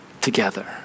together